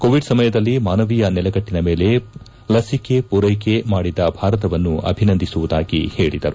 Covid ಸಮಯದಲ್ಲಿ ಮಾನವೀಯ ನೆಲೆಗಟ್ಟನ ಮೇಲೆ ಲಸಿಕೆ ಪೂರೈಕೆ ಮಾಡಿದ ಭಾರತವನ್ನು ಅಭಿನಂದಿಸುವುದಾಗಿ ಹೇಳಿದರು